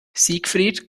siegfried